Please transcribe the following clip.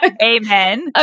Amen